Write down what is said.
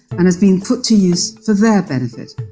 and has been put to use for their benefit,